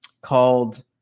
called